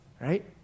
Right